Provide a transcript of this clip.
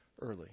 early